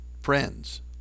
Friends